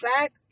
back